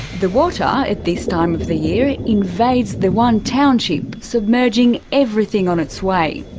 the water at this time of the year invades the one township, submerging everything on its way.